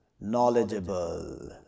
knowledgeable